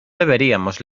deberíamos